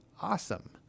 awesome